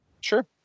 Sure